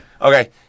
Okay